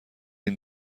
این